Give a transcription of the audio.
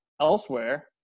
elsewhere